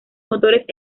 motores